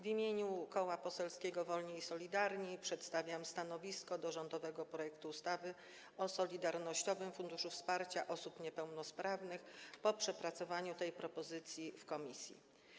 W imieniu Koła Poselskiego Wolni i Solidarni przedstawiam stanowisko dotyczące rządowego projektu ustawy o Solidarnościowym Funduszu Wsparcia Osób Niepełnosprawnych po przepracowaniu tej propozycji w ramach komisji.